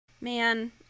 man